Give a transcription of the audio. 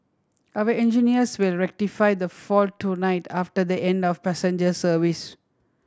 our engineers will rectify the fault tonight after the end of passenger service